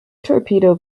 torpedo